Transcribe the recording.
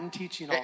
teaching